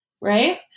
right